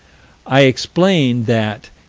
i explain that,